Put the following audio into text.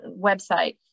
website